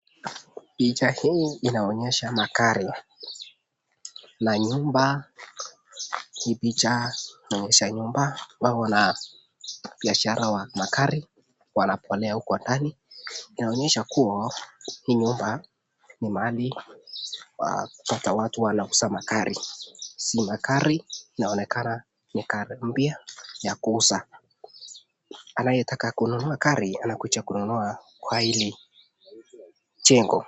Picha hii inaonyesha magari na nyumba, hii picha inaonyesha nyumba kwa hivyo na biashara wa magari wanapolea huko ndani. Inaonyesha kuwa hii nyumba ni mahali watu wanauza magari hizi magari inaonekana ni gari mpya ya kuuza anaetaka kununua gari anakuja kununua kwa hili jengo.